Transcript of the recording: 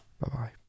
Bye-bye